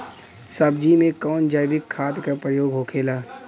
सब्जी में कवन जैविक खाद का प्रयोग होखेला?